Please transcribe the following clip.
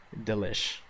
delish